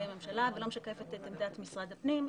הממשלה ולא משקפת את עמדת משרד הפנים.